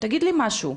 תגיד לי משהו.